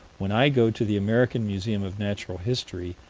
when i go to the american museum of natural history,